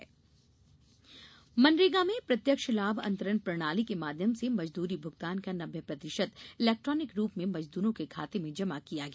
मनरेगा मनरेगा में प्रत्यक्ष लाभ अंतरण प्रणाली के माध्यम से मजदूरी भुगतान का नब्बे प्रतिशत इलेक्ट्रॉनिक रूप से मजदूरों के खाते में जमा किया गया